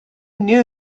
knew